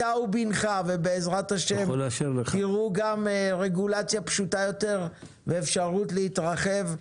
אתה ובנך ובעזרם השם תראו גם רגולציה פשוטה יפה ואפשרות להתרחב.